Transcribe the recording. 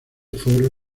foro